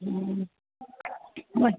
हा